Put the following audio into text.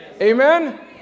Amen